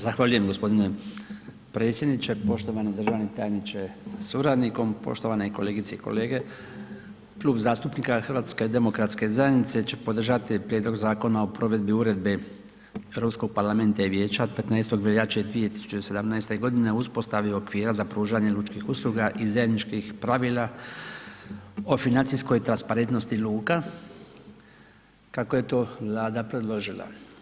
Zahvaljujem g. predsjedniče, poštovani državni tajniče sa suradnikom, poštovane kolegice i kolege, Klub zastupnika HDZ-a će podržati Prijedlog Zakona o provedbi uredbe Europskog parlamenta i Vijeća od 15. veljače 2017. g. o uspostavi okvira za pružanje lučkih usluga i zajedničkih i zajedničkih pravila o financijskoj transparentnosti luka kako je to Vlada predložila.